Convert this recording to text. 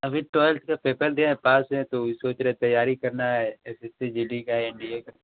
अभी ट्वेल्थ का पेपर दिया है पास हुए हैं तो वही सोच रहे तैयारी करना है S S C G D का एन डी ए का